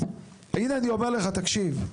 הנה אני אומר לך, תקשיב,